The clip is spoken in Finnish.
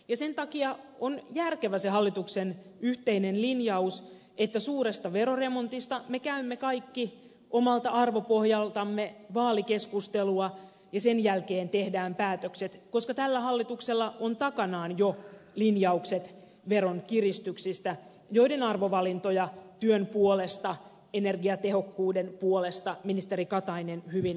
sen takia on järkevä se hallituksen yhteinen linjaus että suuresta veroremontista me käymme kaikki omalta arvopohjaltamme vaalikeskustelua ja sen jälkeen tehdään päätökset koska tällä hallituksella on takanaan jo linjaukset veronkiristyksistä joiden arvovalintoja työn puolesta energiatehokkuuden puolesta ministeri katainen hyvin kuvaili